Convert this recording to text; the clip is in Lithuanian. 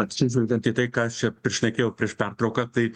atsižvelgiant į tai ką aš čia prišnekėjau prieš pertrauką tai